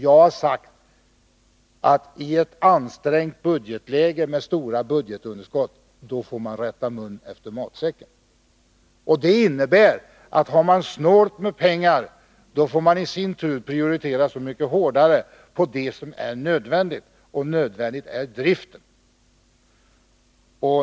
Jag har sagt att man i ett ansträngt budgetläge med stora budgetunderskott får rätta mun efter matsäcken. Detta innebär att har man snålt med pengarna får man i sin tur prioritera så mycket hårdare på det som är nödvändigt. Och nödvändigt är driften.